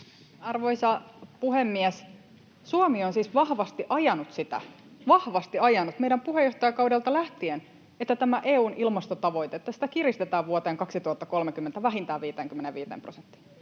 Arvoisa puhemies! Suomi on siis vahvasti ajanut sitä, vahvasti ajanut meidän puheenjohtajakaudelta lähtien, että tätä EU:n ilmastotavoitetta kiristetään vuoteen 2030 vähintään 55 prosenttiin.